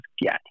get